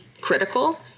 critical